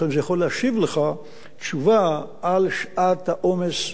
לכן זה יכול להשיב לך תשובה על שעת העומס,